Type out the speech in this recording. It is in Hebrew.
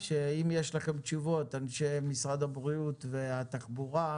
אם יש לכם תשובות, אנשי משרד הבריאות והתחבורה,